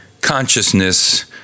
consciousness